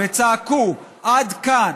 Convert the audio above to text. וצעקו: עד כאן,